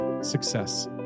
success